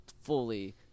fully